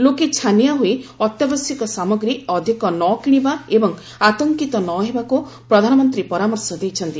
ଲୋକେ ଛାନିଆ ହୋଇ ଅତ୍ୟାବଶ୍ୟକ ସାମଗ୍ରୀ ଅଧିକ ନ କିଣିବା ଏବଂ ଆତଙ୍କିତ ନ ହେବାକୁ ପ୍ରଧାନମନ୍ତ୍ରୀ ପରାମର୍ଶ ଦେଇଛନ୍ତି